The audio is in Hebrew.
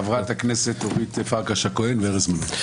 חברת הכנסת אורית פרקש הכהן וארז מלול.